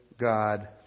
God